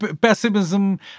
Pessimism